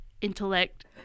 intellect